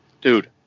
Dude